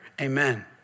Amen